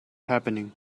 happening